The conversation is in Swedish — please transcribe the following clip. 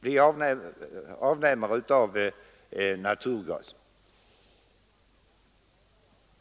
bli avnämare av naturgas.